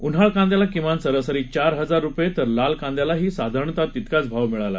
उन्हाळ कांद्याला किमान सरासरी चार हजार रुपये तर लाल कांद्यालाही साधारणता इतकाच भाव मिळाला